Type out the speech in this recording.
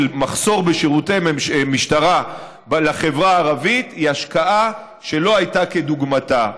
מחסור בשירותי משטרה לחברה הערבית היא השקעה שלא הייתה כדוגמתה.